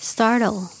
Startle